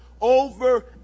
over